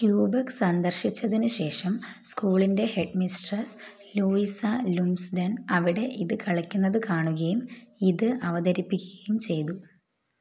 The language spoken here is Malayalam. ക്യൂബെക് സന്ദർശിച്ചതിനുശേഷം സ്കൂളിന്റെ ഹെഡ് മിസ്ട്രസ് ലൂയിസ ലുംസ്ഡെൻ അവിടെ ഇത് കളിക്കുന്നത് കാണുകയും ഇത് അവതരിപ്പിക്കുകയും ചെയ്തു